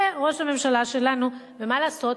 זה ראש הממשלה שלנו, ומה לעשות?